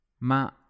Ma